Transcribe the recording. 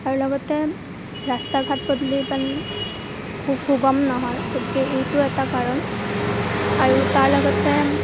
আৰু লগতে ৰাস্তা ঘাট পদূলি ইমান সুগম নহয় গতিকে এইটো এটা কাৰণ আৰু তাৰ লগতে